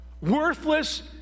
Worthless